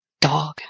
Dog